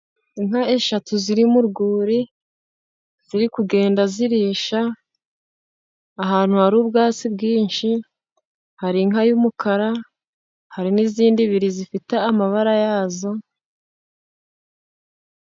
Inka eshatu ziri mu rwuri, ziri kugenda zirisha ahantu hari ubwatsi bwinshi. Hari inka y'umukara, hari n'izindi ebyiri zifite amabara yazo.